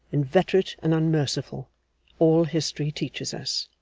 inveterate and unmerciful all history teaches us.